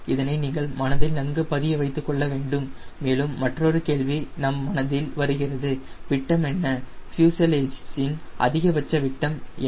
இதனை நீங்கள் மனதில் நன்கு பதிய வைத்துக் கொள்ள வேண்டும் மேலும் மற்றொரு கேள்வி நம் மனதில் வருகிறது விட்டம் என்ன ஃப்யூசலேஜின் அதிகபட்ச விட்டம் என்ன